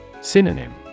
Synonym